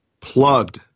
Plugged